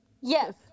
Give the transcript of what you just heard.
Yes